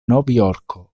novjorko